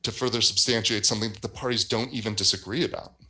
to further substantiate something that the parties don't even disagree about